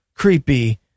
creepy